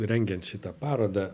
rengiant šitą parodą